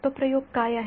तो प्रयोग काय आहे